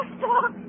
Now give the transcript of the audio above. stop